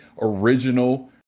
original